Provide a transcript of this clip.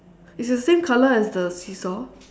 it's the same colour as the seesaw